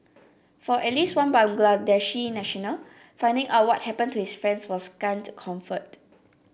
for at least one Bangladeshi national finding out what happened to his friend was scant comfort